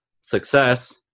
success